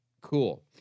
cool